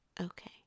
Okay